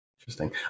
interesting